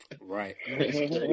Right